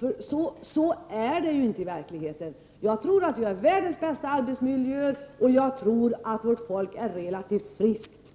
riktning. Så är det ju inte i verkligheten. Jag tror att vi har världens bästa arbetsmiljöer, och jag tror att vårt folk trots allt är relativt friskt.